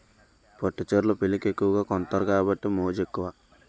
పట్టు చీరలు పెళ్లికి ఎక్కువగా కొంతారు కాబట్టి మోజు ఎక్కువ